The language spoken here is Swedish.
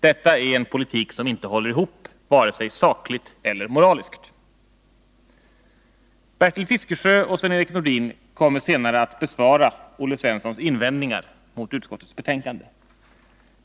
Detta är en politik som inte går ihop, varken sakligt eller moraliskt. Bertil Fiskesjö och Sven-Erik Nordin kommer senare att besvara Olle Svenssons invändningar mot utskottets betänkande.